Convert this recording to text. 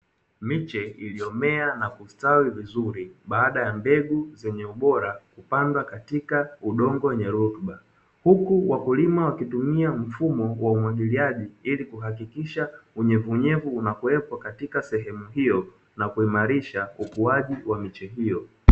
Miche iliyomea na kustawi vizuri, baada ya mbegu zenye ubora kupandwa katika udongo wenye rutuba. Huku wakulima wakitumia mfumo wa umwagiliaji, ili kuhakikisha unyevuunyevu unakuwepo katika sehemu iyo na kuimarisha ukuaji wa miche hiyo.